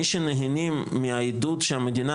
מי שנהנים מהעידוד שהמדינה